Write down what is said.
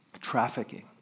trafficking